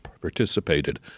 participated